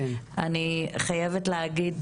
אני חייבת להגיד